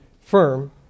firm